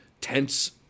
tense